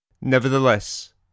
Nevertheless